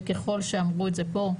וככל שאמרו את זה פה,